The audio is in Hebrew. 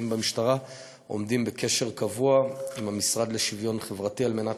במשטרה עומדים בקשר קבוע עם המשרד לשוויון חברתי על מנת